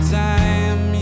time